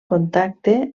contacte